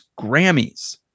Grammys